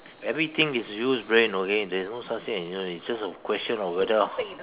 everything is use brain okay there's no such thing as you know it's just a question of whether